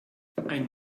ein